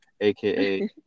aka